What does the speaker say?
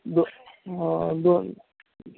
दो दोन